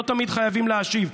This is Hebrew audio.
לא תמיד חייבים להשיב.